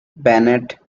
bennet